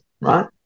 right